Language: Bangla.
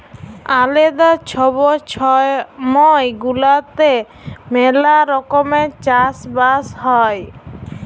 আলেদা ছব ছময় গুলাতে ম্যালা রকমের চাষ বাস হ্যয়